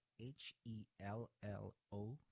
h-e-l-l-o